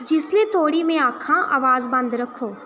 जिसलै धोड़ी में आक्खां अवाज बंद रक्खो